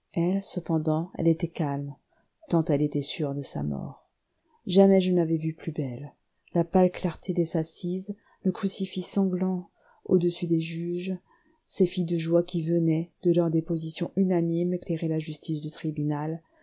cependant elle était calme tant elle était sûre de sa mort jamais je ne l'avais vue plus belle la pâle clarté des assises le crucifix sanglant au-dessus des juges ces filles de joie qui venaient de leurs dépositions unanimes éclairer la justice du tribunal